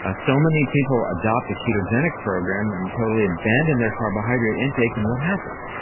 ah so many people adopt a ketogenic program and totally abandon their carbohydrate intake and what happens?